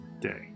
day